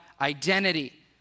identity